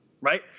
Right